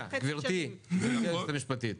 גברתי היועצת המשפטית,